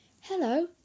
Hello